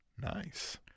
Nice